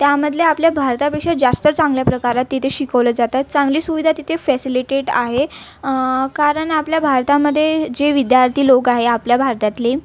त्यामधले आपल्या भारतापेक्षा जास्त चांगल्या प्रकारात तिथे शिकवले जातात चांगली सुविधा तिथे फॅसिलेटेट आहे कारण आपल्या भारतामध्ये जे विद्यार्थी लोक आहे आपल्या भारतातले